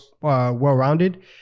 well-rounded